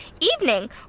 Evening